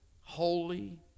holy